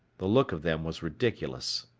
the look of them was ridiculous.